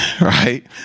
right